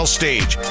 stage